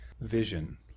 vision